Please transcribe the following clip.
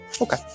Okay